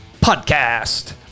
Podcast